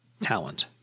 talent